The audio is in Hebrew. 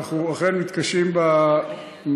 ואנחנו אכן מתקשים במטלות,